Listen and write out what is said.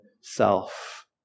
self